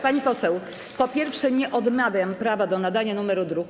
Pani poseł, po pierwsze nie odmawiam prawa do nadania numeru druku.